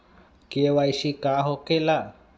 KYC का हो के ला?